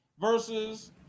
versus